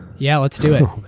yeah let's do it.